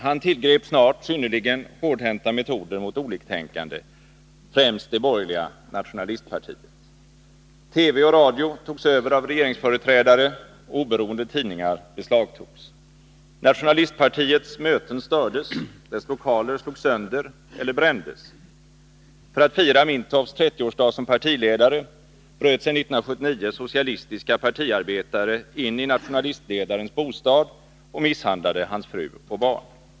Han tillgrep snart synnerligen hårdhänta metoder mot oliktänkande, främst det borgerliga nationalistpartiet. TV och radio togs över av regeringsföreträdare, och oberoende tidningar beslagtogs. Nationalistpartiets möten stördes, dess lokaler slogs sönder eller brändes. För att fira Mintoffs 30-årsdag som partiledare bröt sig 1979 socialistiska partiarbetare in i nationalistledarens bostad och misshandlade hans fru och barn.